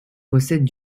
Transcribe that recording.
recettes